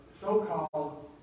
so-called